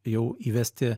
jau įvesti